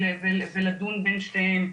ולדון בין שתיהן.